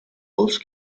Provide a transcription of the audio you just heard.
based